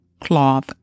cloth